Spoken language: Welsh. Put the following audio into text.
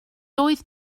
doedd